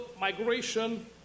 migration